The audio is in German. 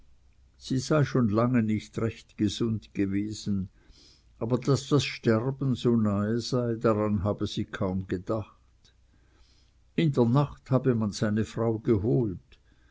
sie sei schon lange nicht recht gesund gewesen aber daß das sterben so nahe sei daran habe sie kaum gedacht in der nacht habe man seine frau geholt